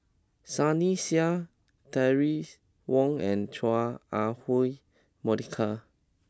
Sunny Sia Terry Wong and Chua Ah Huwa Monica